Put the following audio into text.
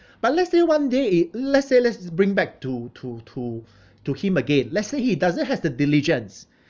but let's say one day he let's say let's bring back to to to to him again let's say he doesn't have the diligence